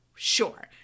Sure